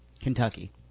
Kentucky